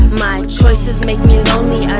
my choices make me lonely.